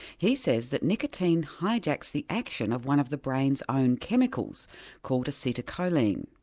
he says that nicotine hijacks the action of one of the brain's own chemicals called acetylcholine.